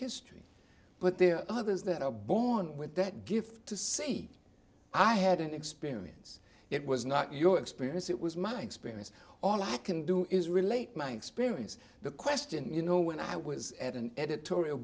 history but there are others that are born with that gift to see i had an experience it was not your experience it was my experience all i can do is relate my experience the question you know when i was at an editorial